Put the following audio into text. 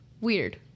Weird